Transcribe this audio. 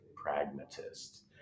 pragmatist